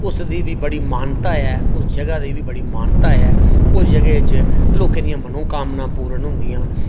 उस दी बड़ी मान्यता ऐ उस जगह दी बी बड़ी मान्यता ऐ उस जगह च लोकें दी मनोकामना पूरन होंदियां न